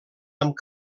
amb